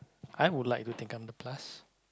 I would like to think i'm the plus